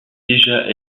déjà